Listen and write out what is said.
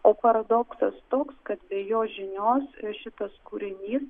o paradoksas toks kad be jo žinios šitas kūrinys